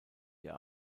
ihr